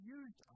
use